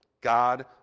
God